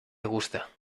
gusta